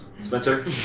Spencer